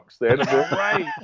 Right